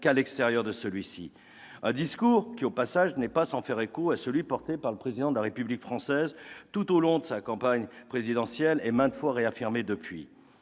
qu'à l'extérieur de celui-ci. Ce discours n'est pas sans faire écho à celui qui a été porté par le Président de la République française tout au long de sa campagne présidentielle et maintes fois réaffirmé depuis.